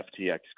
FTX